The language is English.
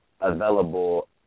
available